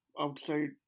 outside